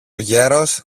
γέρος